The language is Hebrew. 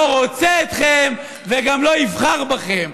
לא רוצה אתכם, וגם לא יבחר בכם.